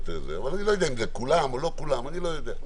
אני לא יודע אם זה כולם או לא כולם, אני לא יודע.